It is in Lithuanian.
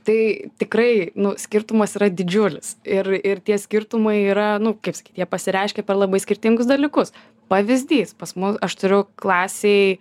tai tikrai nu skirtumas yra didžiulis ir ir tie skirtumai yra nu kaip sakyt jie pasireiškia per labai skirtingus dalykus pavyzdys pas mu aš turiu klasei